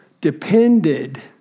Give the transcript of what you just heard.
depended